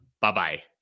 Bye-bye